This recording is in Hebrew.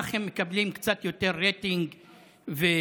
כך הם מקבלים קצת יותר רייטינג ואזכור,